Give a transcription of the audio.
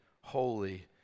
holy